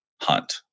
hunt